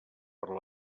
per